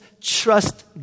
trust